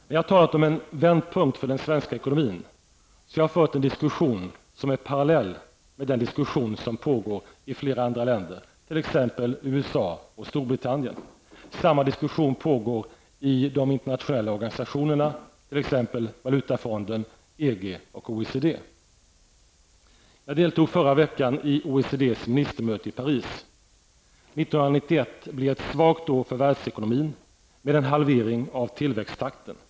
När jag har talat om en vändpunkt för den svenska ekonomin så har jag fört en diskussion som är parallell med den diskussion som pågår i flera andra länder, t.ex. USA och Storbritannien. Samma diskussion pågår i de internationella organisationerna, t.ex. IMF, EG och OECD. Jag deltog i förra veckan i OECDs ministermöte i Paris. 1991 blir ett svagt år för världsekonomin med en halvering av tillväxttakten.